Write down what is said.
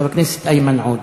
חבר הכנסת איימן עודה,